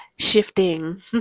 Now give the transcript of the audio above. shifting